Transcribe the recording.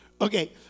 Okay